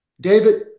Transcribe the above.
David